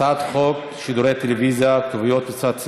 הצעת חוק שידורי טלוויזיה (כתוביות ושפת סימנים)